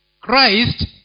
Christ